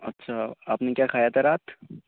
اچھا آپ نے کیا کھایا تھا رات